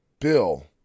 Bill